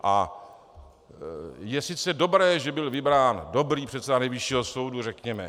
A je sice dobré, že byl vybrán dobrý předseda Nejvyššího soudu, řekněme.